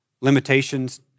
limitations